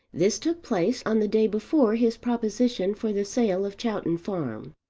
this took place on the day before his proposition for the sale of chowton farm.